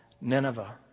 Nineveh